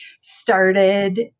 started